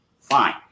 fine